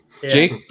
Jake